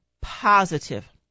positive